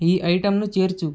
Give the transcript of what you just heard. ఈ ఐటెంను చేర్చు